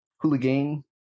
Hooligan